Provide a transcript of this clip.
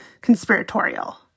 conspiratorial